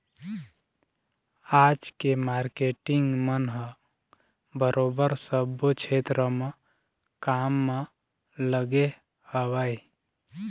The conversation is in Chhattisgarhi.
आज के मारकेटिंग मन ह बरोबर सब्बो छेत्र म काम म लगे हवँय